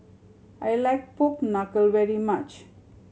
I like pork knuckle very much